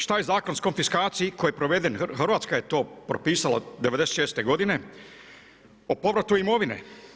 Šta je Zakon o konfiskaciji koji je proveden, Hrvatska je to propisala '96. godine o povratu imovine.